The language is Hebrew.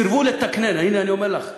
סירבו לתקנן, הנה, אני אומר לך.